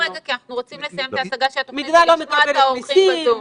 המדינה לא מקבלת מסים,